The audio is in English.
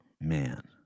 Man